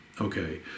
okay